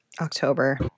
October